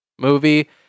movie